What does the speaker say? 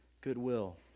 goodwill